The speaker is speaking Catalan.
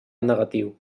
negatiu